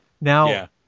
Now